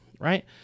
right